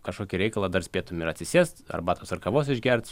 kažkokį reikalą dar spėtum ir atsisėst arbatos ar kavos išgert